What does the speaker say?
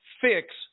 fix